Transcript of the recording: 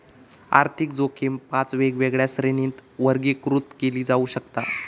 आर्थिक जोखीम पाच वेगवेगळ्या श्रेणींत वर्गीकृत केली जाऊ शकता